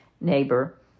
neighbor